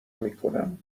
میکنم